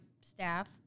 staff